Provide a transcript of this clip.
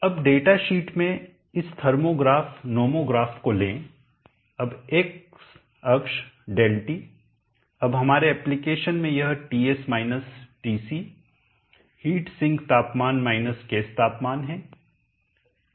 अब data sheet में इस थर्मोग्राफ नोमोग्राफ को ले अब एक्स अक्ष ΔT अब हमारे एप्लीकेशन में यह TS minus TC heat sink तापमान माइनस केस तापमान है